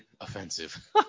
offensive